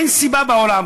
אין סיבה בעולם,